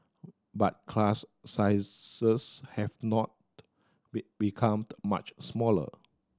but class sizes have not be become much smaller